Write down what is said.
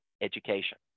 education